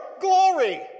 glory